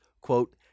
quote